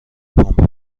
پمپ